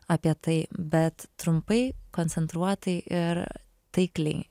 apie tai bet trumpai koncentruotai ir taikliai